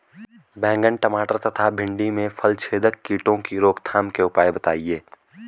बैंगन टमाटर तथा भिन्डी में फलछेदक कीटों की रोकथाम के उपाय बताइए?